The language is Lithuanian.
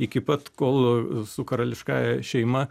iki pat kol su karališkąja šeima